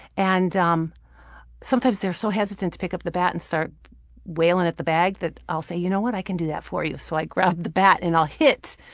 and um sometimes they're so hesitant to pick up the bat and start whaling at the bag that i'll say, you know what? i can do that for you. so i'll grab the bat and i'll hit.